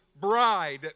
bride